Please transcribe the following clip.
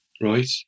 right